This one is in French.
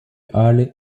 hall